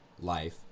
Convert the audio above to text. life